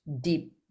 deep